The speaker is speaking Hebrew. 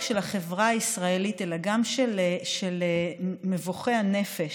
של החברה הישראלית אלא גם של מבוכי הנפש.